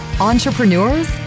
entrepreneurs